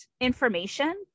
information